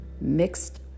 mixed